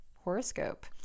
horoscope